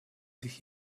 sich